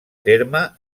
terme